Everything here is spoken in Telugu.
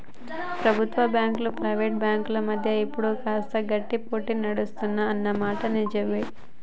ప్రభుత్వ బ్యాంకులు ప్రైవేట్ బ్యాంకుల మధ్య ఇప్పుడు కాస్త గట్టి పోటీ నడుస్తుంది అన్న మాట నిజవే